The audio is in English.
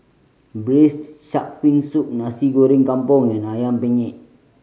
Braised Shark Fin Soup Nasi Goreng Kampung and Ayam Panggang